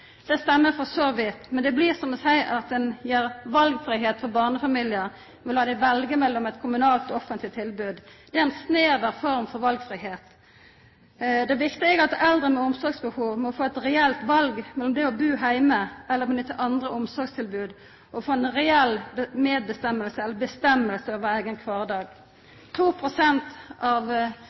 Det stemmer for så vidt, men det blir som å seia at ein gir valfridom til barnefamiliar ved å la dei velja mellom eit kommunalt og eit offentleg tilbod. Det er eit snev av form for valfridom. Det viktige er at eldre med omsorgsbehov må få eit reelt val mellom det å bu heime eller nytta andre omsorgstilbod og